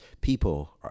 people